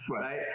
right